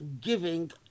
giving